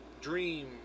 dream